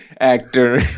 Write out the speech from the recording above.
actor